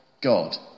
God